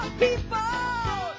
people